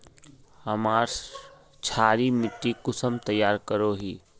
हमार क्षारी मिट्टी कुंसम तैयार करोही?